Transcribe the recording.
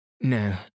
No